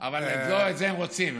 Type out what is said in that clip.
אבל לא את זה הם רוצים,